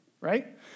right